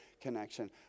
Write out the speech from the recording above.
connection